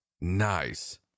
Nice